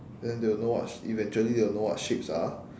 then they will know what eventually they will know what shapes are